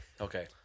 Okay